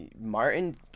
martin